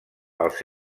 els